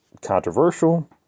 controversial